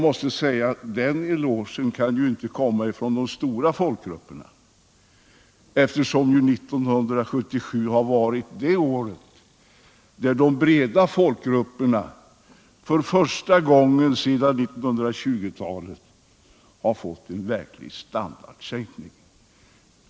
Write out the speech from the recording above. Men ii den elogen instämmer knappast de stora folkgrupperna, eftersom 1977 var det år då de breda folkgrupperna för första gången sedan 1920-talet fick vidkännas en verklig standardsänkning.